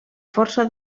força